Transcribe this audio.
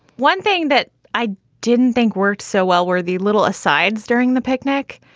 one thing that i didn't think works so well were the little asides during the picnic,